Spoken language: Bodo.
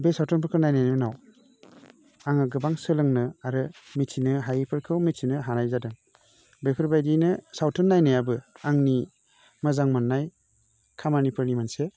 बे सावथुनफोरखौ नायनायनि उनाव आङो गोबां सोलोंनो आरो मिथिनो हायैफोरखौ मिथिनो हानाय जादों बेफोरबादिनो सावथुन नायनायाबो आंनि मोजां मोन्नाय खामानिफोरनि मोनसे